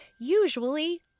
usually